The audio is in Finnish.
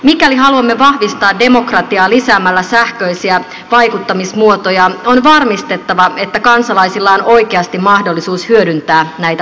mikäli haluamme vahvistaa demokratiaa lisäämällä sähköisiä vaikuttamismuotoja on varmistettava että kansalaisilla on oikeasti mahdollisuus hyödyntää näitä palveluja